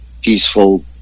peaceful